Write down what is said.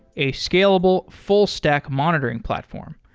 a scalable full stack monitoring platform.